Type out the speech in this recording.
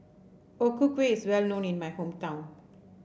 O Ku Kueh is well known in my hometown